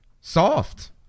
Soft